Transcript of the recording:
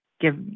give